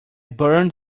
burned